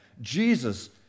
Jesus